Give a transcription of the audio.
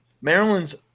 Maryland's